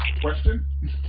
Question